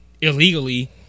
illegally